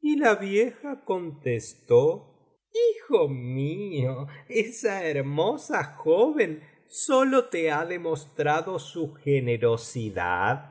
y la vieja contestó hijo mío esa hermosa joven sólo te ha demostrado su generosidad